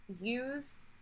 use